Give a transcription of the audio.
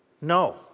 No